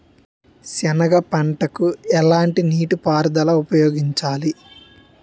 సెనగ పంటకు ఎలాంటి నీటిపారుదల ఉపయోగించాలి?